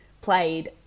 played